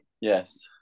Yes